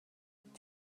did